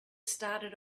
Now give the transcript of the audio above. started